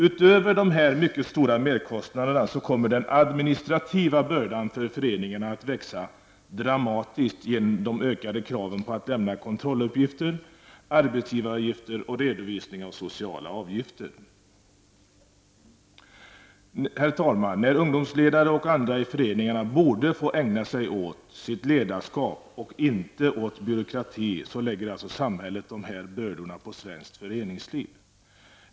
Utöver de här mycket stora merkostnaderna kommer den administrativa bördan för föreningarna att växa dramatiskt genom de ökade kraven på föreningarna att lämna kontrolluppgifter, arbetsgivaravgifter och redovisning av sociala avgifter. Herr talman! När ungdomsledare och andra i föreningarna borde få ägna sig åt sitt ledarskap och inte åt byråkrati så lägger samhället de här bördorna på svenskt föreningsliv.